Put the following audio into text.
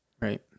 Right